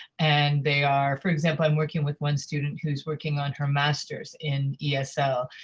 and they are for example, i'm working with one student who's working on her master's in yeah so